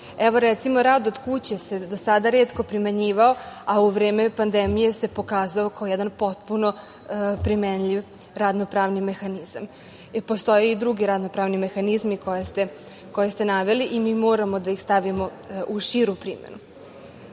recimo rad od kuće se do sada retko primenjivao, a u vreme pandemije se pokazao kao jedan potpuno primenljiv radno-pravni mehanizam. Postoje i drugi radno-pravni mehanizmi koje ste naveli i mi moramo da ih stavimo u širu primenu.